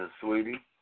sweetie